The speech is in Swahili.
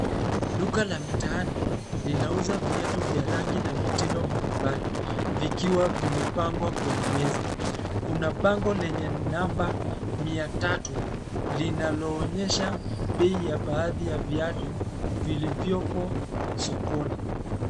Duka la mitaani, linauza viatu vya rangi na mitindo mbalimbali, vikiwa vimepangwa kwenye meza. Kuna bango lenye namba mia tatu linaloonyesha bei ya baadhi ya viatu vilivyopo sokoni.